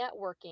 networking